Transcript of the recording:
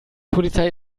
polizei